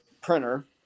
printer